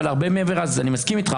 ואני מסכים איתך,